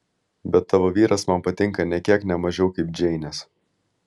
bet tavo vyras man patinka nė kiek ne mažiau kaip džeinės